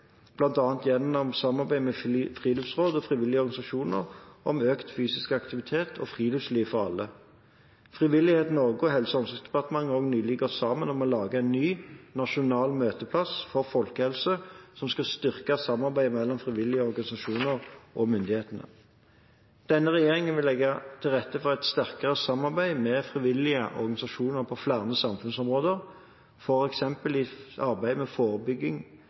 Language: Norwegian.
gjennom samarbeid med friluftsråd og frivillige organisasjoner om økt fysisk aktivitet og friluftsliv for alle. Frivillighet Norge og Helse- og omsorgsdepartementet har også nylig gått sammen om å lage en ny nasjonal møteplass for folkehelse som skal styrke samarbeidet mellom frivillige organisasjoner og myndighetene. Denne regjeringen vil legge til rette for et sterkere samarbeid med frivillige organisasjoner på flere samfunnsområder, f.eks. i arbeidet med forebygging